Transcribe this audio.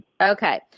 Okay